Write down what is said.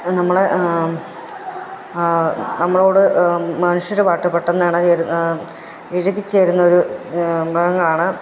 നമ്മൾ നമ്മളോട് മനുഷ്യരുമായിട്ട് പെട്ടെന്നാണ് ഇഴുകിച്ചേരുന്ന ഒരു മൃഗമാണ്